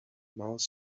mouth